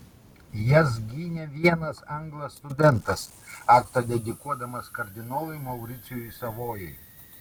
jas gynė vienas anglas studentas aktą dedikuodamas kardinolui mauricijui savojai